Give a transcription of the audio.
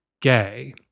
gay